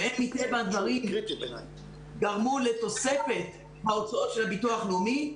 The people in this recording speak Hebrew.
שהם מטבע הדברים גרמו לתוספת בהוצאות של הביטוח הלאומי,